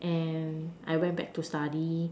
and I went back to study